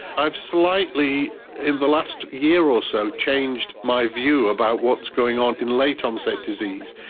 i've slightly in the last year or so changed my view about what's going on in late onset disease.